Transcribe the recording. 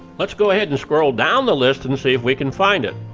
let's go ahead and scroll down the list and see if we can find it.